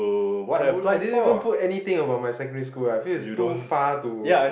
I would I didn't even put anything about my secondary school I feel it's too far to